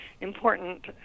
important